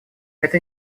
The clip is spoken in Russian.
это